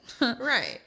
Right